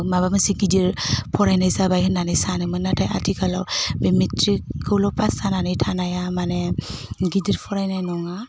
माबा मोनसे गिदिर फरायनाय जाबाय होननानै सानोमोन नाथाय आथिखालाव बे मेट्रिकखौल' फास जानानै थानाया माने गिदिर फरायनाय नङा